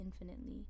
infinitely